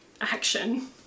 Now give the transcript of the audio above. action